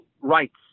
rights